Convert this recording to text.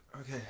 Okay